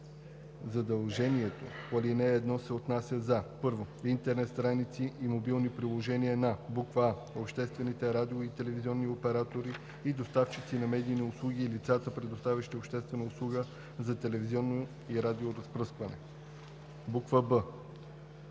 Задължението по ал. 1 не се отнася за: 1. интернет страниците и мобилните приложения на: а) обществените радио- или телевизионни оператори и доставчици на медийни услуги и лицата, предоставящи обществена услуга за телевизионно и радиоразпръскване; б)